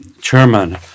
chairman